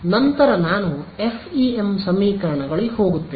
ನಂತರ ನಾನು FEM ಸಮೀಕರಣಗಳಿಗೆ ಹೋಗುತ್ತೇನೆ